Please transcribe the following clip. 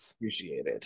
appreciated